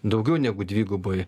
daugiau negu dvigubai